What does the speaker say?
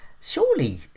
Surely